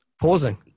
pausing